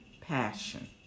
passion